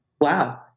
wow